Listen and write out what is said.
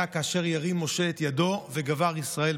כאשר ירים משה את ידו וגבר ישראל",